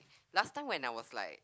last time when I was like